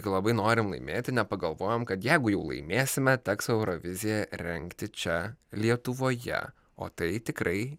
kai labai norim laimėti nepagalvojom kad jeigu jau laimėsime teks euroviziją rengti čia lietuvoje o tai tikrai